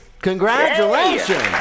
Congratulations